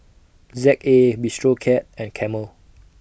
Z A Bistro Cat and Camel